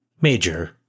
Major